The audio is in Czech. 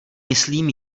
myslím